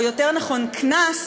או יותר נכון קנס,